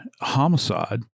homicide